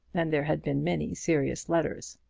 and there had been many serious letters.